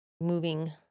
moving